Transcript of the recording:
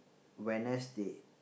Wednesday